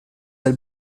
del